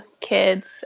kids